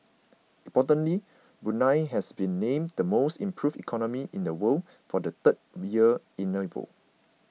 importantly Brunei has been named the most improved economy in the world for the third year in a row